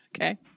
Okay